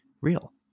real